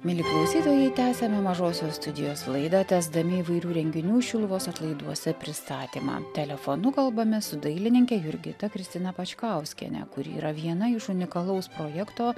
mieli klausytojai tęsiame mažosios studijos laidą tęsdami įvairių renginių šiluvos atlaiduose pristatymą telefonu kalbame su dailininke jurgita kristina pačkauskiene kuri yra viena iš unikalaus projekto